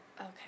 Okay